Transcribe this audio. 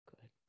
Good